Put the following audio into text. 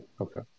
okay